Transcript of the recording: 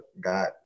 got